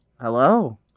Hello